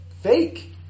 fake